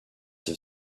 have